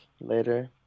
later